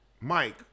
Mike